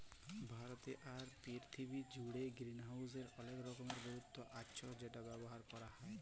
ভারতে আর পীরথিবী জুড়ে গ্রিনহাউসের অলেক রকমের গুরুত্ব আচ্ছ সেটা ব্যবহার ক্যরা হ্যয়